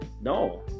no